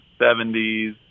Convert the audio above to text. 70s